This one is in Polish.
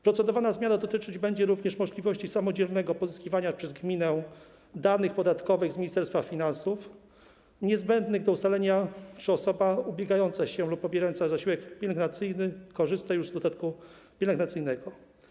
Procedowana zmiana dotyczyć będzie również możliwości samodzielnego pozyskiwania przez gminy danych podatkowych z Ministerstwa Finansów niezbędnych do ustalenia, czy osoba ubiegająca się o zasiłek pielęgnacyjny lub pobierająca zasiłek pielęgnacyjny korzysta już z dodatku pielęgnacyjnego.